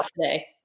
today